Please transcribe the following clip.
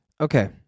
Okay